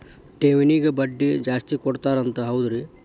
ಠೇವಣಿಗ ಬಡ್ಡಿ ಜಾಸ್ತಿ ಕೊಡ್ತಾರಂತ ಹೌದ್ರಿ?